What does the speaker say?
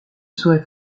serais